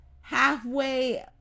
halfway